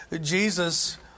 Jesus